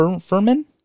Furman